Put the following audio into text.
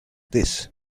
this